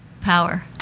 Power